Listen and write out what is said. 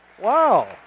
Wow